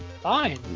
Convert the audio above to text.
Fine